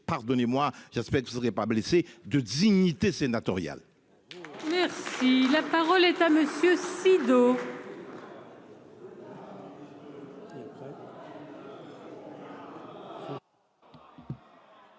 pardonnez-moi, ça se fait que vous aurez pas blessé de dignité sénatoriale. Merci la parole est à monsieur, si.